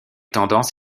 tendances